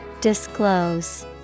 Disclose